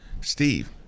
Steve